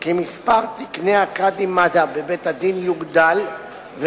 כי מספר תקני הקאדים מד'הב בבית-הדין יוגדל,